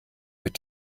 mit